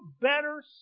better